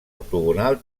octogonal